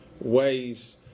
ways